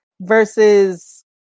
Versus